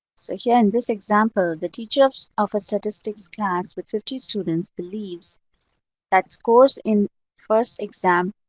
so here in this example, the teacher of a statistics class with fifty students believes that scores in first exam